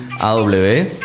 AW